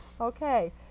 Okay